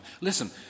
Listen